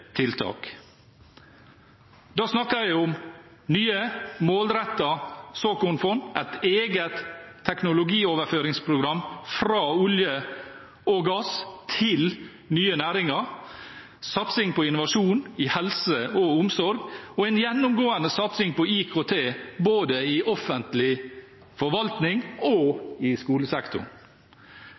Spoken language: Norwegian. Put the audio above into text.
tiltak. Da snakker jeg om nye, målrettede såkornfond, et eget teknologioverføringsprogram fra olje og gass til nye næringer, satsing på innovasjon i helse og omsorg og en gjennomgående satsing på IKT både i offentlig forvaltning og i skolesektoren.